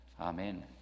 Amen